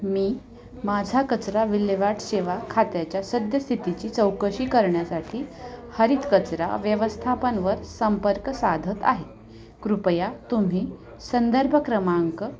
मी माझ्या कचरा विल्हेवाट सेवा खात्याच्या सद्यस्थितीची चौकशी करण्यासाठी हरित कचरा व्यवस्थापनवर संपर्क साधत आहे कृपया तुम्ही संदर्भ क्रमांक